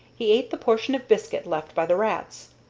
he ate the portion of biscuit left by the rats.